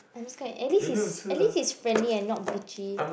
I'm just gonna at least he's at least he's friendly and not bitchy